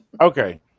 Okay